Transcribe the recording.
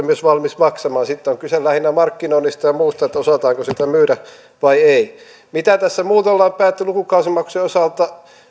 myös valmis maksamaan sitten on on kyse lähinnä markkinoinnista ja muusta osataanko sitä myydä vai ei mitä tässä muuten on päätetty lukukausimaksujen osalta